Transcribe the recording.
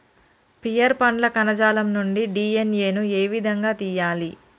Pear పండ్ల కణజాలం నుండి డి.ఎన్.ఎ ను ఏ విధంగా తియ్యాలి?